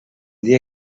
dia